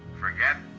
forget?